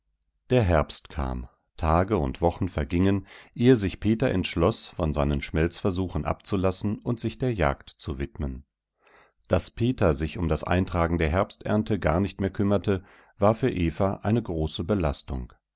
der herbst kam tage und wochen vergingen ehe sich peter entschloß von seinen schmelzversuchen abzulassen und sich der jagd zu widmen daß peter sich um das eintragen der herbsternte gar nicht mehr kümmerte war für eva eine große belastung